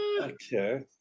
Okay